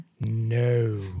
No